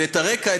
ואת הרקע,